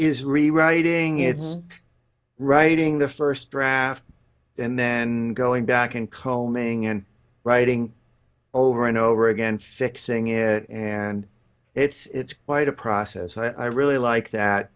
is rewriting it's writing the first draft and then going back in combing and writing over and over again fixing it and it's quite a process and i really like that